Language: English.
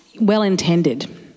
well-intended